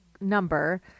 number